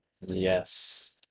yes